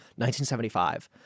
1975